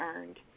earned